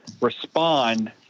respond